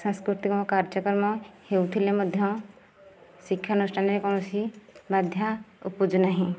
ସାଂସ୍କୃତିକ କାର୍ଯ୍ୟକ୍ରମ ହେଉଥିଲେ ମଧ୍ୟ ଶିକ୍ଷାନୁଷ୍ଠାନରେ କୌଣସି ବାଧା ଉପୁଜୁନାହିଁ